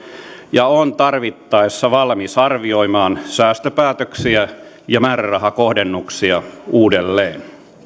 ja on tarvittaessa valmis arvioimaan säästöpäätöksiä ja määrärahakohdennuksia uudelleen